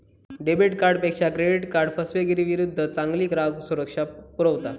debit कार्डपेक्षा credit card फसवेगिरीविरुद्ध चांगली ग्राहक सुरक्षा पुरवता